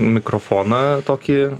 mikrofoną tokį